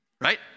right